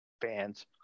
fans